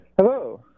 Hello